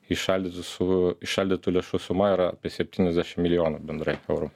įšaldytų su įšaldytų lėšų suma yra apie septyniasdešim milijonų bendrai eurų